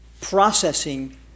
processing